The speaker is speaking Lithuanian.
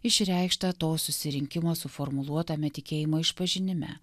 išreikštą to susirinkimo suformuluotame tikėjimo išpažinime